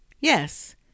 Yes